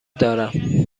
دارم